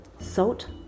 salt